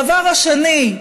דבר שני,